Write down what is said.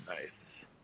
Nice